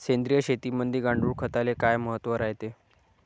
सेंद्रिय शेतीमंदी गांडूळखताले काय महत्त्व रायते?